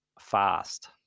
fast